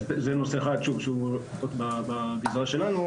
אז זה נושא אחד שהוא לא בגזרה שלנו.